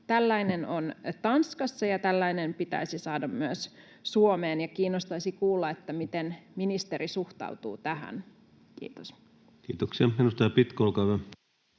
Tällainen on Tanskassa, ja tällainen pitäisi saada myös Suomeen, ja kiinnostaisi kuulla, miten ministeri suhtautuu tähän. — Kiitos. [Speech 82] Speaker: